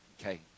Okay